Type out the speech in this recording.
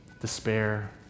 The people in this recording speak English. despair